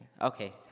Okay